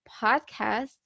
podcast